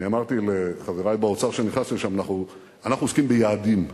אני אמרתי לחברי באוצר כשנכנסתי לשם: אנחנו עוסקים ביעדים.